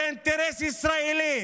זה אינטרס ישראלי